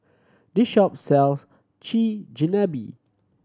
this shop sells Chigenabe